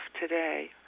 today